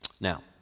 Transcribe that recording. Now